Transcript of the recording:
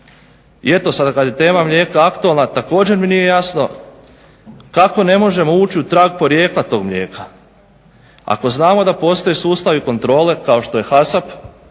I eto sada kad je tema mlijeka aktualna također mi nije jasno kako ne možemo ući u trag porijekla tog mlijeka ako znamo da postoje sustavi kontrole kao što je HASAP